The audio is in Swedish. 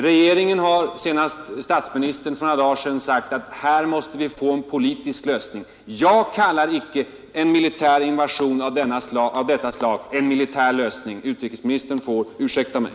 Regeringen har, senast genom statsministern, sagt att vi här måste eftersträva en politisk lösning. Jag kallar icke en militär invasion av detta slag en politisk lösning. Utrikesministern får ursäkta mig.